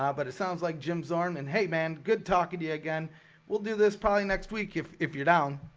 um but it sounds like jim zorn and hey man good talking to you again we'll do this probably next week if if you're down